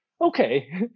okay